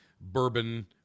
bourbon